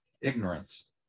ignorance